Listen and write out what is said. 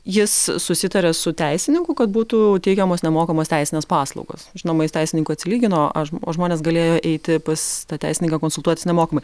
jis susitarė su teisininku kad būtų teikiamos nemokamos teisinės paslaugos žinoma jis teisininkui atsilygino aš o žmonės galėjo eiti pas tą teisininką konsultuotis nemokamai